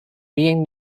being